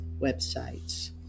websites